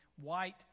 white